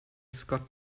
scott